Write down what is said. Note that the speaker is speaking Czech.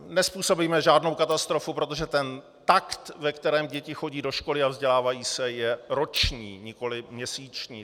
Nezpůsobíme žádnou katastrofu, protože ten takt, ve kterém děti chodí do školy a vzdělávají se, je roční, nikoliv měsíční.